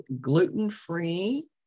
gluten-free